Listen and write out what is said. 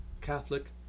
Catholic